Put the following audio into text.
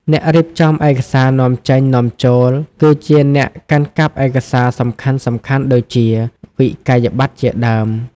អ្នករៀបចំឯកសារនាំចេញ-នាំចូល គឺជាអ្នកកាន់កាប់ឯកសារសំខាន់ៗដូចជា វិក័យប័ត្រ ជាដើម។